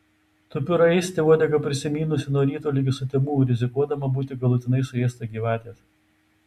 tupiu raiste uodegą prisimynusi nuo ryto ligi sutemų rizikuodama būti galutinai suėsta gyvatės